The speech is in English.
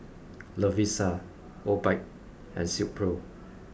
Lovisa Obike and Silkpro